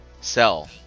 sell